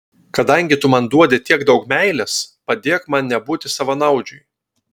kadangi tu man duodi tiek daug meilės padėk man nebūti savanaudžiui